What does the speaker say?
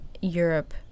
Europe